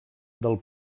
del